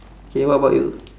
K what about you